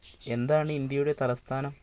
എന്താണ് ഇന്ത്യയുടെ തലസ്ഥാനം